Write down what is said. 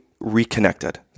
reconnected